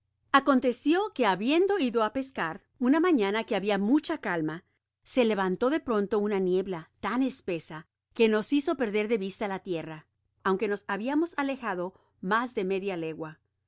aconteció que habiendo ido á pescar ana mañana que hacia mucha calma se levantó de pronto una niebla tan espesa que nos hizo perder de vista la tierra aunque nos habiamos alejado mas de media legua nos